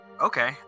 okay